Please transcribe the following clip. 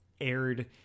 aired